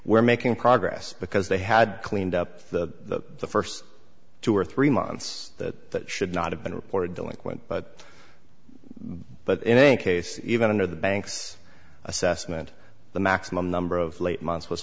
we're making progress because they had cleaned up the first two or three months that should not have been reported delinquent but but in any case even under the bank's assessment the maximum number of late months was